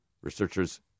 researchers